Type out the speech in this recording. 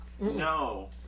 No